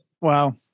Wow